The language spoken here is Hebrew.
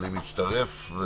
אני מצטרף.